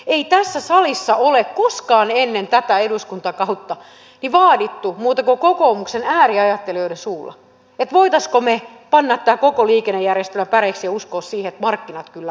ei tässä salissa ole koskaan ennen tätä eduskuntakautta vaadittu muuta kuin kokoomuksen ääriajattelijoiden suulla että voisimmeko me panna tämän koko liikennejärjestelmän päreiksi ja uskoa siihen että markkinat kyllä hoitavat